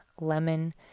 lemon